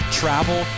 travel